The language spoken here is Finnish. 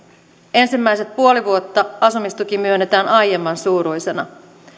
ensimmäiset puoli vuotta asumistuki myönnetään aiemmansuuruisena